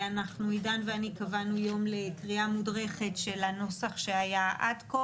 עידן ואני קבענו יום לקריאה מודרכת של הנוסח שהיה עד כה